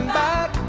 back